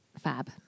fab